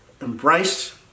embrace